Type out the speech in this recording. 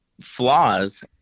flaws